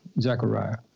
Zechariah